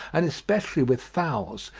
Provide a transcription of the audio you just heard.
and especially with fowls,